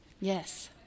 Yes